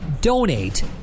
donate